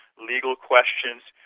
legal questions.